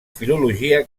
filologia